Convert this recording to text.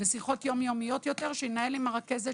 ושיחות יום יומיות יותר שינהל עם הרכזת